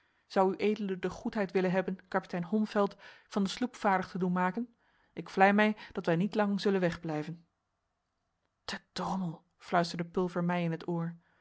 zou ued de goedheid willen hebben kapitein holmfeld van de sloep vaardig te doen maken ik vlei mij dat wij niet lang zullen wegblijven te drommel fluisterde pulver mij in t oor